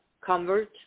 convert